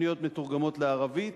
תוכניות מתורגמות לערבית,